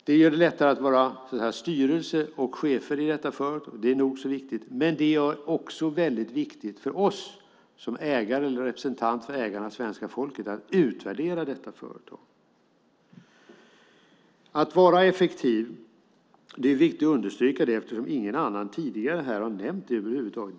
Det gör det lättare att vara styrelse och chefer - och det är nog så viktigt - och det gör det lättare för oss som representanter för ägarna svenska folket att utvärdera företaget. Det är viktigt att understryka vikten av att vara effektiv eftersom ingen tidigare har nämnt det över huvud taget.